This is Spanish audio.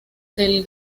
del